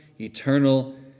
eternal